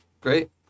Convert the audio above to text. great